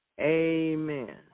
Amen